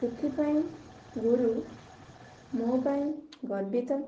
ସେଥିପାଇଁ ଗୁରୁ ମୋ ପାଇଁ ଗର୍ବିତ